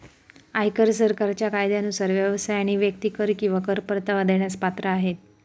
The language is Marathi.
आयकर सरकारच्या कायद्यानुसार व्यवसाय आणि व्यक्ती कर किंवा कर परतावा देण्यास पात्र आहेत